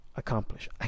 accomplish